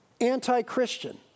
anti-Christian